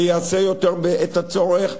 ויעשה יותר בעת הצורך,